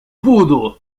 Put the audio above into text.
буду